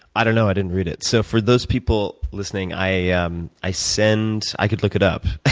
i don't know i didn't read it. so for those people listening, i yeah um i send i could look it up.